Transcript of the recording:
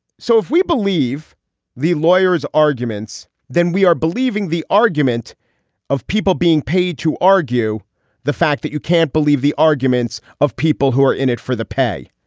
so if we believe the lawyer's arguments then we are believing the argument of people being paid to argue the fact that you can't believe the arguments of people who are in it for the pay.